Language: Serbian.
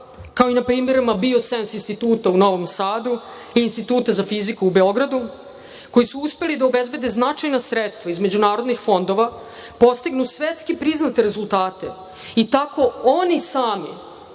kao i na primerima BioSense instituta u Novom Sadu, Instituta za fiziku u Beogradu koji su uspeli da obezbede značajna sredstva iz međunarodnih fondova, postignu svetski priznate rezultate i tako oni sami